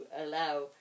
allow